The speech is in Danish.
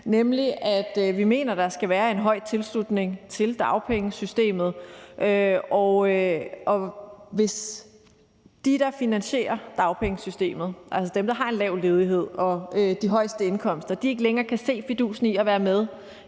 vi mener, at der skal være en høj tilslutning til dagpengesystemet. Og hvis dem, der finansierer dagpengesystemet, altså dem, der har en lav ledighed og de højeste indkomster, ikke længere kan se fidusen i at være med